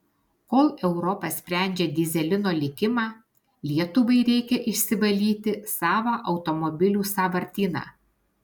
kol europa sprendžia dyzelino likimą lietuvai reikia išsivalyti savą automobilių sąvartyną